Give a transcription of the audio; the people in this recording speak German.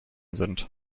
sind